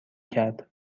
کرد